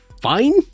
fine